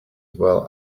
well